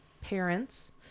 parents